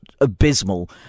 abysmal